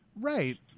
Right